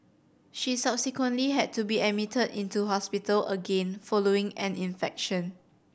she subsequently had to be admitted into hospital again following an infection